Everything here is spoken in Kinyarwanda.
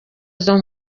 izo